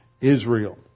Israel